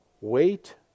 wait